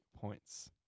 points